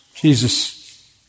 Jesus